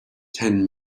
ten